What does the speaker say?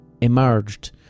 emerged